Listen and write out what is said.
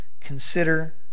consider